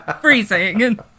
freezing